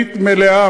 ישראלית מלאה,